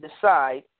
decide